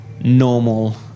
normal